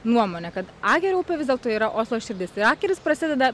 nuomonė kad agerio upė vis dėlto yra oslo širdis ir akeris prasideda